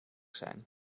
zijn